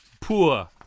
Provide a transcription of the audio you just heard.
Poor